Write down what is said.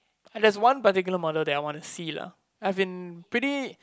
uh there's one particular model that I want to see lah I've been pretty